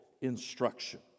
instruction